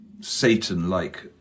Satan-like